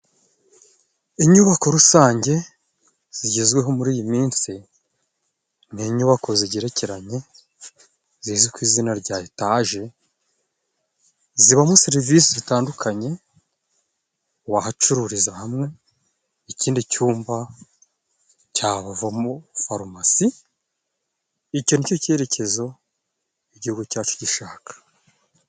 Inyubako rusange zigezweho muri iyi minsi, ni inyubako zigerekeranye zizwi ku izina rya etaje, zibamo serivisi zitandukanye ,wahacururiza hamwe ikindi cyumba cyavamo farumasi, icyo ni cyo cyerekezo igihugu cyacu gishaka.